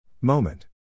Moment